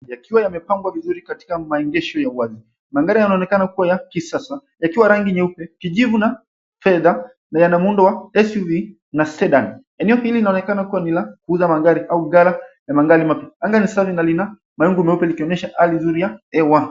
Yakiwa yamepangwa vizuri katika maegesho. Magari ya kisasa yakiwa rangi nyeupe kijivu na fedha na yana muundo wa esvi na sedan. Eneo hili inaonekana kuwa ni la kuuza magari au gala ya magari makubwa. Anga ni safi na lina mawingu meupe ikionyesha hali nzuri ya hewa.